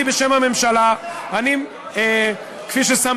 וחברים ושותפים